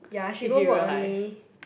ya she go work only